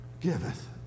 giveth